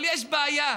אבל יש בעיה.